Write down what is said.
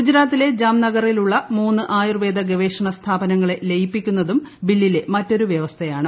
ഗുജറാത്തിലെ ജംനഗറിലുള്ള മൂന്ന് ആയുർവേദ ഗവേഷണ സ്ഥാപനങ്ങളെ ലയിപ്പിക്കുന്നതും ബില്ലിലെ മറ്റൊരു വൃവസ്ഥയാണ്